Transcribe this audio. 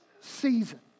season